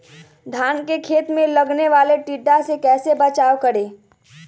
धान के खेत मे लगने वाले टिड्डा से कैसे बचाओ करें?